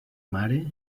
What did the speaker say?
mare